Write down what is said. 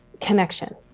connection